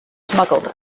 smuggled